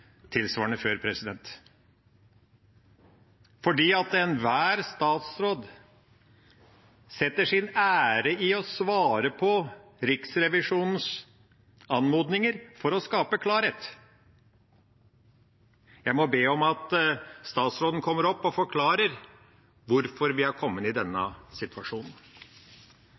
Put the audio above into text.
tilsvarende før. For enhver statsråd setter sin ære i å svare på Riksrevisjonens anmodninger for å skape klarhet. Jeg må be om at statsråden kommer opp og forklarer hvorfor vi har kommet i denne situasjonen.